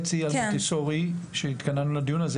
על המונטסורי שהתכוננו לדיון הזה,